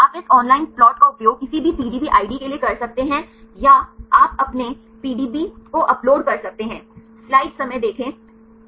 आप इस online plot का उपयोग किसी भी पीडीबी आईडी के लिए कर सकते हैं या आप अपने पीडीबी को अपलोड कर सकते हैं